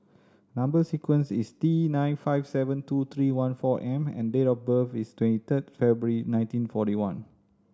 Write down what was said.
number sequence is T nine five seven two three one four M and date of birth is twenty third February nineteen forty one